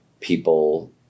people